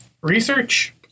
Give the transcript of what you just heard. research